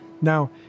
Now